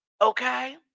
Okay